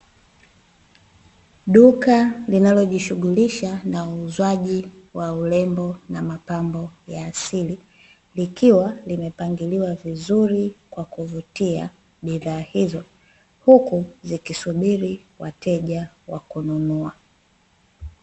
Duka linalojishughulisha na uuzwaji wa urembo na mapambo ya asili, likiwa limepangiliwa vizuri kwa kuvutia bidhaa hizo, huku zikisubiri wateja wa kununua.